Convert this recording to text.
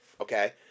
Okay